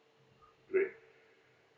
great